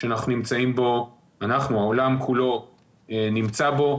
שאנחנו והעולם כולו נמצאים בו.